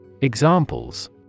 Examples